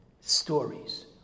stories